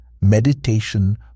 Meditation